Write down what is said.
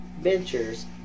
ventures